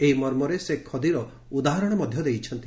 ଏହି ମର୍ମରେ ସେ ଖଦୀର ଉଦାହରଣ ଦେଇଛନ୍ତି